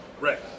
Right